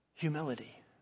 Humility